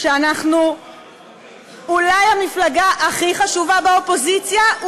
שאנחנו אולי המפלגה הכי חשובה באופוזיציה,